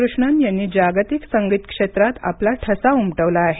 कृष्णन यांनी जागतिक संगीत क्षेत्रात आपला ठसा उमटवला आहे